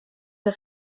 der